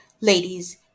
Ladies